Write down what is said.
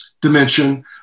dimension